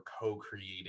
co-creating